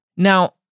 Now